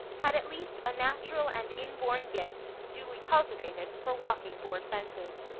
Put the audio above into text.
had at least a natural and inborn gift, duly cultivated, for walking board fences.